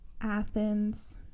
Athens